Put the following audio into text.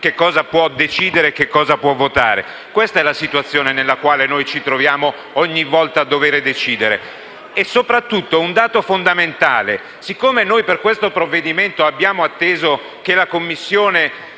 capire cosa può decidere e cosa può votare. Questa è la situazione nella quale ci troviamo ogni volta a dover decidere. C'è soprattutto un dato fondamentale: siccome noi abbiamo atteso che la Commissione